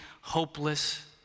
hopeless